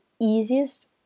easiest